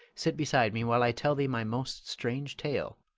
sit beside me while i tell thee my most strange tale,